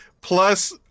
plus